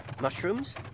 Mushrooms